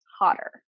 hotter